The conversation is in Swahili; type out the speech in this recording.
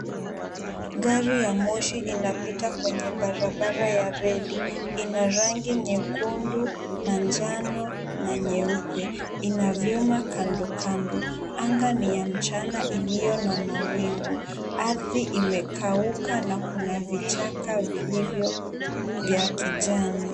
Gari ya moshi inapita kwenye barabara ya reli. Ina rangi nyekundu na njano na nyeupe. Ina vyuma kando kando. Anga ni ya mchana iliyo na mawingu. Ardhi imekauka na kuna vichaka viliyo ya kijani.